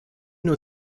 nur